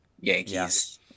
Yankees